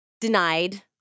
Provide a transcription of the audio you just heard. denied